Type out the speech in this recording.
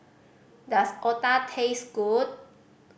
does otah taste good